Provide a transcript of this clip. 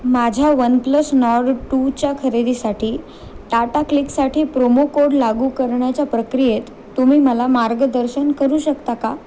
माझ्या OnePlus Nord टूच्या खरेदीसाठी टाटा क्लिकसाठी प्रोमो कोड लागू करण्याच्या प्रक्रियेत तुम्ही मला मार्गदर्शन करू शकता का